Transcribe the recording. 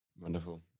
Wonderful